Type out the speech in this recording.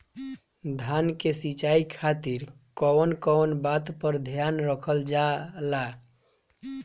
धान के सिंचाई खातिर कवन कवन बात पर ध्यान रखल जा ला?